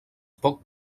poc